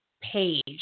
page